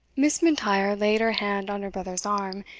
miss m'intyre laid her hand on her brother's arm,